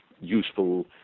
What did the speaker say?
useful